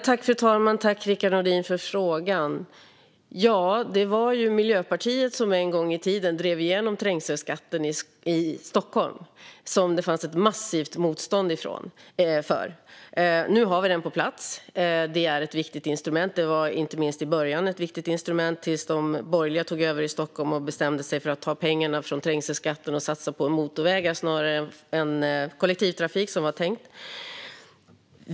Fru talman! Tack, Rickard Nordin, för frågan! Ja, det var ju Miljöpartiet som en gång i tiden drev igenom trängselskatten i Stockholm, som det fanns ett massivt motstånd mot. Nu har vi den på plats. Det är ett viktigt instrument. Det var inte minst i början ett viktigt instrument, tills de borgerliga tog över i Stockholm och bestämde sig för att ta pengarna från trängselskatten och satsa dem på motorvägar snarare än på kollektivtrafik, som det var tänkt.